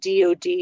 DOD